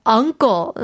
uncle